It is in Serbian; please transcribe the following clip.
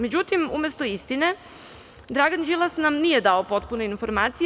Međutim, umesto istine, Dragan Đilas nam nije dao potpune informacije.